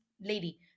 lady